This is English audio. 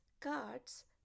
cards